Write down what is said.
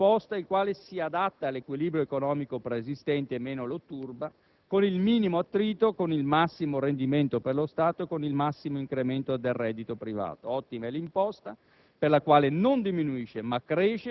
ottimo è quell'incremento di imposta il quale si adatta all'equilibrio economico preesistente e meno lo turba, con il minimo attrito, con il massimo rendimento per lo Stato e col massimo incremento del reddito privato. Ottima è l'imposta